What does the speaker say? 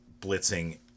blitzing